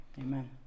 Amen